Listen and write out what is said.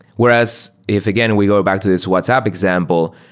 whereas if, again, we go back to this whatsapp example,